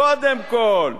קודם כול.